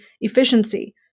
efficiency